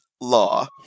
Law